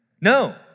No